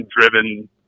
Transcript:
driven